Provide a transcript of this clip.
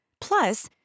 Plus